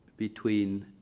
between